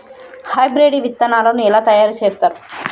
Hybrid విత్తనాలను ఎలా తయారు చేస్తారు?